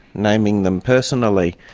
naming them personally.